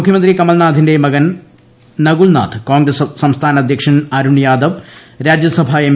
മുഖ്യമന്ത്രി കമൽനാഥിന്റെ മകൻ നകുൽനാഥ് കോൺഗ്രസ് സംസ്ഥാന അധ്യക്ഷൻ അരുൺ യാദവ് രാജ്യസഭാ എം